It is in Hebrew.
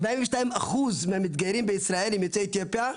42% מהמתגיירים בישראל הם יוצאי אתיופיה,